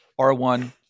R1